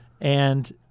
and-